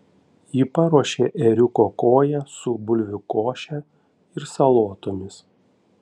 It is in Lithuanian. ji paruošė ėriuko koją su bulvių koše ir salotomis